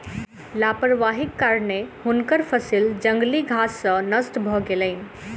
लापरवाहीक कारणेँ हुनकर फसिल जंगली घास सॅ नष्ट भ गेलैन